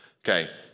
Okay